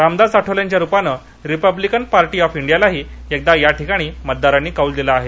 रामदास आठवलेंच्या रूपाने Republican Party of इंडियालाही एकदा याठिकाणी मतदारांनी कौल दिला आहे